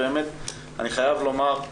אני פותח את ישיבת